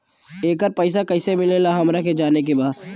येकर पैसा कैसे मिलेला हमरा के जाने के बा?